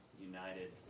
united